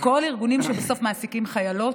כל הארגונים שבסוף מעסיקים חיילות,